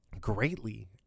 greatly